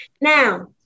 Now